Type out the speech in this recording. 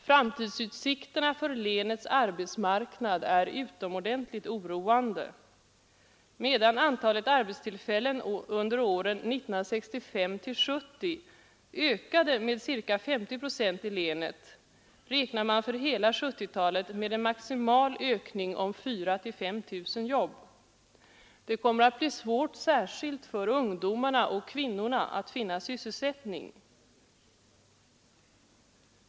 Framtidsutsikterna för länets arbetsmarknad är utomordentligt oroande. Medan antalet arbetstillfällen under åren 1965—1970 ökade med ca 50 000 i länet räknar man för hela 1970-talet med en maximal ökning om 4 000—5 000 jobb. Det kommer att bli svårt, särskilt för ungdomarna och kvinnorna, att finna sysselsättning.